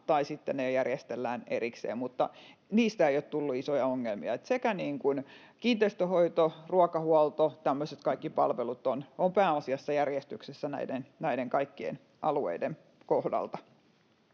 ne järjestellään erikseen, mutta niistä ei ole tullut isoja ongelmia. Kiinteistönhoito, ruokahuolto ja tämmöiset kaikki palvelut ovat pääasiassa järjestyksessä kaikkien alueiden kohdalta.